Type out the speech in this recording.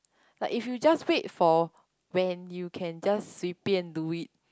like if you just wait for when you can just 随便 do it